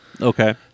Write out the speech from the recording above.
Okay